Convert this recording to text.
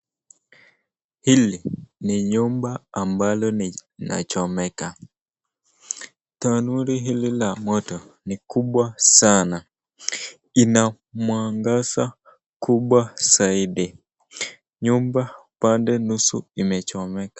Hili ni nyumba ambalo inachomeka tanuri hili la moto ni kubwa sana, inamwangaza kubwa zaidi, nyumba upande nusu umeshomeka.